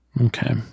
Okay